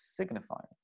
signifiers